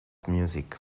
music